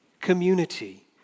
community